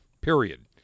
period